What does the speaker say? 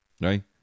Right